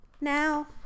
now